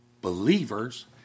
believers